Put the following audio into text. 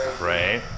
right